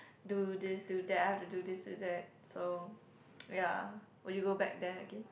do this do that I have to do this do that so ya would you go back there again